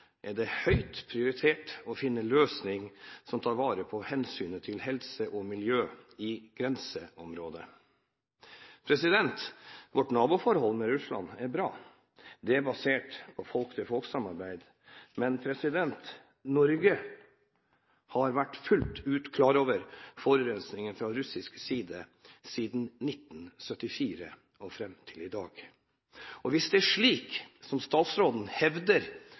er det høyt prioritert å finne løsninger som tar vare på hensynet til helse og miljø i grenseområdet. Vårt naboforhold til Russland er bra. Det er basert på et folk-til-folk-samarbeid, men Norge har fullt ut vært klar over forurensningen fra russisk side siden 1974 og fram til i dag. Hvis det er slik som statsråden hevder,